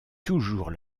toujours